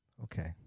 okay